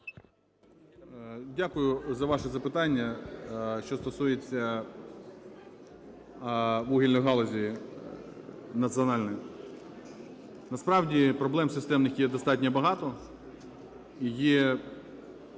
Дякую за ваше запитання. Що стосується вугільної галузі національної. Насправді, проблем системних є достатньо багато.